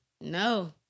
No